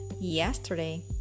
yesterday